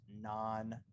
non